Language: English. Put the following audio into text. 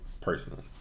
personally